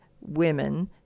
women